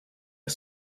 are